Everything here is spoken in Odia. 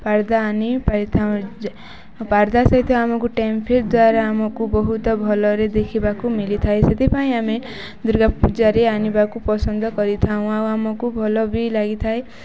ପାର୍ଦା ଆଣିପାରିଥାଉ ପାର୍ଦା ସହିତ ଆମକୁ ଦ୍ୱାରା ଆମକୁ ବହୁତ ଭଲରେ ଦେଖିବାକୁ ମିଲିଥାଏ ସେଥିପାଇଁ ଆମେ ଦୁର୍ଗା ପୂଜାରେ ଆଣିବାକୁ ପସନ୍ଦ କରିଥାଉଁ ଆଉ ଆମକୁ ଭଲ ବି ଲାଗିଥାଏ